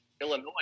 Illinois